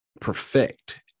perfect